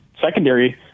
secondary